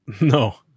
No